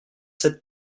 sept